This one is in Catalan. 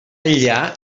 enllà